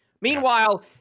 Meanwhile